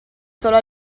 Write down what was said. solo